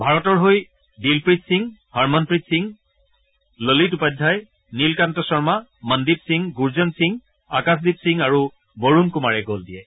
ভাৰতৰ হৈ দিলপ্ৰীত সিং হৰমণপ্ৰীত সিং ললিত উপাধ্যায় নীলকান্ত শৰ্মা মন্দীপ সিং গুৰ্জন্ত সিং আকাশদ্বীপ সিং আৰু বৰুণ কুমাৰে গল দিয়ে